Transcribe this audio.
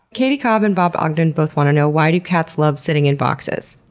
katie cobb and bob ogden both want to know why do cats love sitting in boxes?